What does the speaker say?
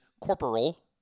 corporal